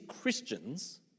Christians